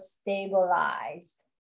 stabilized